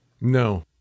No